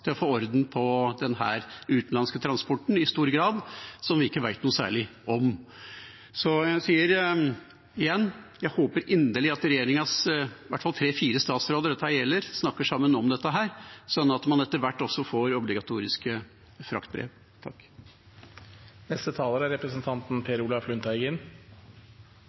til å få orden på denne i stor grad utenlandske transporten, som vi ikke vet noe særlig om. Så jeg sier igjen at jeg håper inderlig at regjeringas i hvert fall tre–fire statsråder som dette gjelder, snakker sammen om dette, så man etter hvert også får obligatoriske digitale fraktbrev.